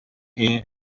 air